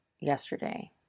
yesterday